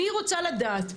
אני רוצה לדעת,